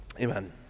Amen